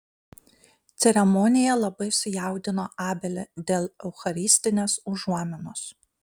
ceremonija labai sujaudino abelį dėl eucharistinės užuominos